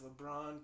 LeBron